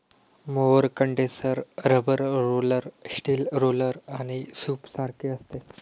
mower condenser rubber roller, steel roller आणि सूपसारखे असते